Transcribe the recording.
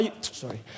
Sorry